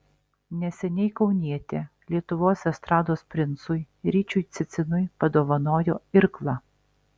neseniai kaunietė lietuvos estrados princui ryčiui cicinui padovanojo irklą